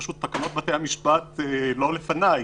פשוט תקנות בתי-המשפט לא לפניי.